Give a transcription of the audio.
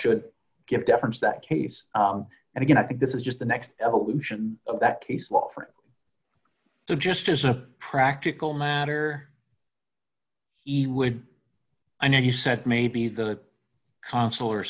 should give deference that case and again i think this is just the next evolution of that case law for him so just as a practical matter he would i know he said maybe the consular